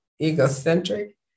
egocentric